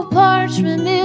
parchment